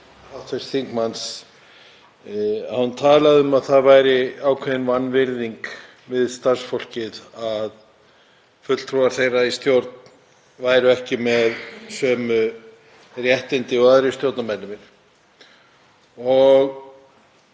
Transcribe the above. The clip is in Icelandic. hún talaði um að það væri ákveðin vanvirðing við starfsfólkið, að fulltrúar þess í stjórn væru ekki með sömu réttindi og aðrir stjórnarmeðlimir.